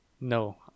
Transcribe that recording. No